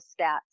stats